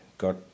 Got